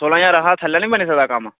सोलां ज्हार कशा थल्ले निं बनी सकदा कम्म